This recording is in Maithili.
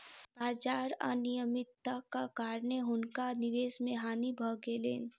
बाजार अनियमित्ताक कारणेँ हुनका निवेश मे हानि भ गेलैन